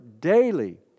daily